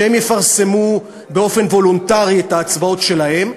שהם יפרסמו באופן וולונטרי את ההצבעות שלהם.